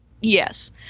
Yes